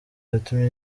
yatumye